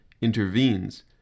intervenes